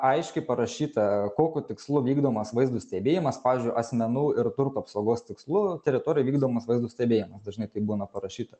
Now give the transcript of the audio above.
aiškiai parašyta kokiu tikslu vykdomas vaizdo stebėjimas pavyzdžiui asmenų ir turto apsaugos tikslu teritorijoj vykdomas vaizdo stebėjimas dažnai taip būna parašyta